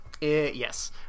Yes